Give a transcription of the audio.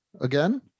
again